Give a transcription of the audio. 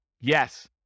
Yes